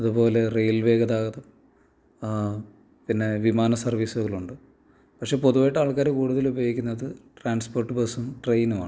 അതുപോലെ റെയിൽവേ ഗതാഗതം പിന്നെ വിമാന സർവീസുകളുണ്ട് പക്ഷെ പൊതുവായിട്ട് ആൾക്കാർ കൂടുതൽ ഉപയോഗിക്കുന്നത് ട്രാൻസ്പോർട്ട് ബസ്സും ട്രെയിനും ആണ്